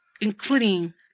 including